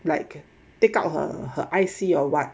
like take out her her I_C or what